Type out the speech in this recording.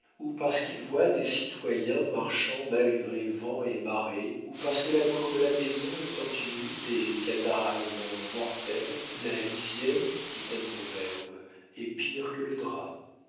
ou parce qu'il voit des citoyens marchant malgré vent et marée ou parce que la cour de la maison étant humide et catarrhalement mortelle la lisière dit un proverbe est pire que le drap